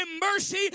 mercy